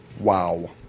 Wow